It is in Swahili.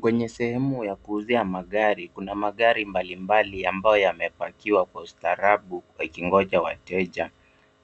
Kwenye sehemu ya kuuzia magari kuna magari mbalimbali ambayo yamepakiwa kwa ustaarabu wakingoja wateja.